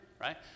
right